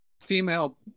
female